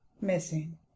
missing